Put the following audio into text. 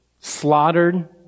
slaughtered